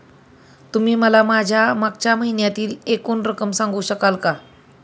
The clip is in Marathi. तुम्ही मला माझ्या मागच्या महिन्यातील एकूण रक्कम सांगू शकाल का?